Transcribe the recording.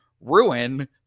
ruin